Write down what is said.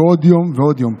ועוד יום ועוד יום.